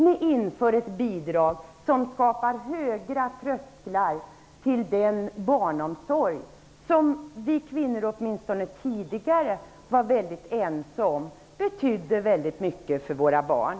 Ni inför ett bidrag som skapar höga trösklar till barnomsorg som vi kvinnor åtminstone tidigare var mycket ense om hade mycket stor betydelse för våra barn.